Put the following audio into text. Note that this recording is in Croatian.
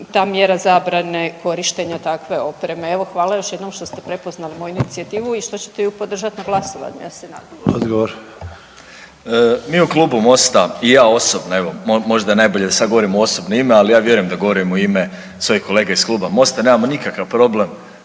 ta mjera zabrane korištenja takve opreme. Evo hvala još jednom što ste prepoznali moju inicijativu i što ćete ju podržati na glasovanju ja se nadam. **Sanader, Ante (HDZ)** Odgovor. **Miletić, Marin (MOST)** Mi u Klubu Mosta i ja osobno, evo možda je nabolje da sada govorim u osobno ime, ali ja vjerujem da govorim u ime svojih kolega iz Kluba Mosta nemamo nikakav problem